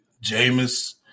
Jameis